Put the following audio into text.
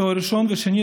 תואר ראשון ושני,